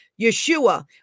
Yeshua